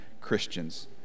Christians